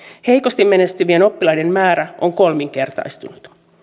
heikosti menestyvien oppilaiden määrä on kolminkertaistunut